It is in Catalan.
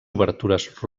obertures